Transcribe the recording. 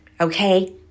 Okay